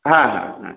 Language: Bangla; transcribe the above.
হ্যাঁ হ্যাঁ হ্যাঁ